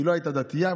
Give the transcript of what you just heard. היא לא הייתה דתייה,